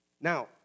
Now